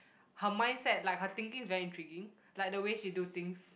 her mindset like her thinking is very intriguing like the way she do things